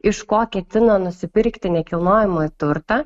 iš ko ketino nusipirkti nekilnojamąjį turtą